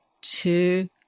two